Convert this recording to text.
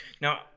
Now